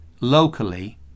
locally